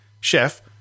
chef